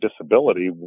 disability